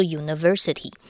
university